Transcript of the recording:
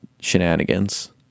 shenanigans